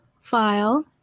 file